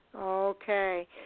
Okay